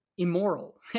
immoral